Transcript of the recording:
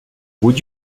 would